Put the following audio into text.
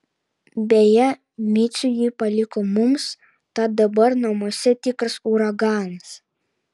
beje micių ji paliko mums tad dabar namuose tikras uraganas